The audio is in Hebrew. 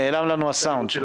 נעלם לנו הסאונד.